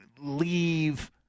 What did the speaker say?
leave